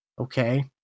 okay